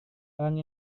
orang